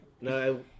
No